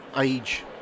Age